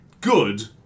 good